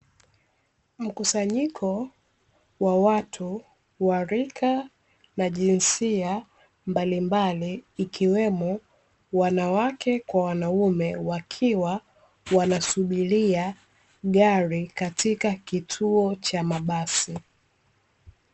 Mkusanyiko wa watu wa rika na jinsia mbalimbali, ikiwemo wanawake kwa wanaume, wakiwa wanasubiria gari katika kituo cha mabasi.